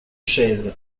chaise